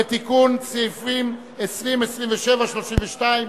לתיקון סעיפים 20, 27, 32,